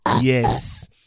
Yes